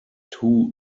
too